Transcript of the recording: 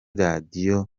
radiyo